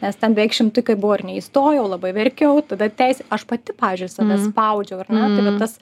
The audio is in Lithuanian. nes ten beveik šimtukai buvo ir neįstojau labai verkiau tada teisė aš pati pavyzdžiui save spaudžiau ar ne tas